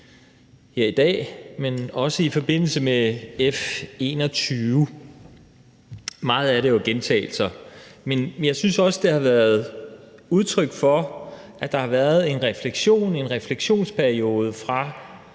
her i dag, men også i forbindelse med F 21. Meget af det er jo gentagelser, men jeg synes også, det har været udtryk for, at der har været en refleksionsperiode efter